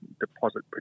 deposit